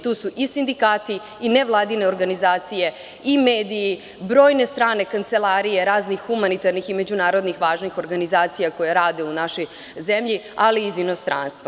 Tu su i sindikati i nevladine organizacije i mediji, brojne strane kancelarije raznih humanitarnih i međunarodnih važnih organizacija koje rade u našoj zemlji, ali i iz inostranstva.